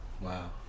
Wow